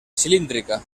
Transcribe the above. cilíndrica